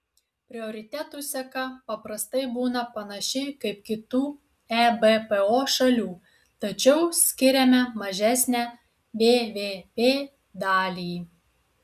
prioritetų seka paprastai būna panaši kaip kitų ebpo šalių tačiau skiriame mažesnę bvp dalį